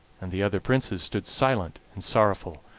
and the other princes stood silent and sorrowful,